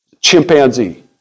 chimpanzee